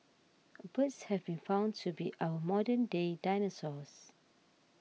birds have been found to be our modern day dinosaurs